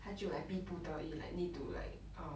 他就 like 逼不得已 like need to like um